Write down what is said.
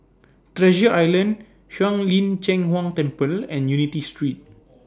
Treasure Island Shuang Lin Cheng Huang Temple and Unity Street